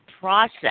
process